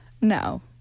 no